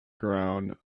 ground